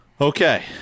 okay